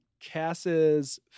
Cass's